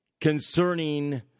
concerning